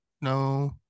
No